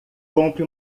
compre